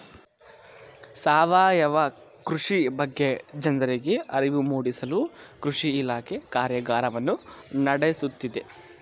ಸಾವಯವ ಕೃಷಿ ಬಗ್ಗೆ ಜನರಿಗೆ ಅರಿವು ಮೂಡಿಸಲು ಕೃಷಿ ಇಲಾಖೆ ಕಾರ್ಯಗಾರವನ್ನು ನಡೆಸುತ್ತಿದೆ